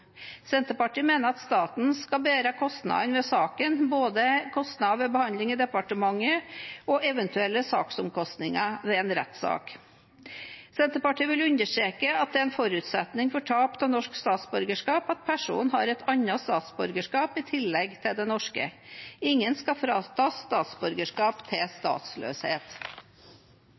Senterpartiet mener at staten skal bære kostnadene ved saken, både kostnader ved behandlingen i departementet og eventuelle saksomkostninger ved en rettssak. Senterpartiet vil understreke at det er en forutsetning for tap av norsk statsborgerskap at personen har et annet statsborgerskap i tillegg til det norske. Ingen skal kunne fratas statsborgerskap til statsløshet.